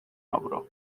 avro